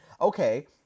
okay